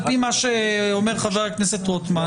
על פי מה שאומר חבר הכנסת רוטמן,